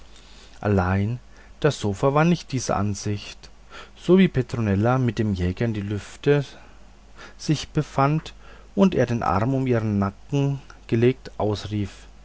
allein das sofa war nicht dieser ansicht so wie petronella mit dem jäger in den lüften sich befand und er den arm um ihren nacken gelegt ausrief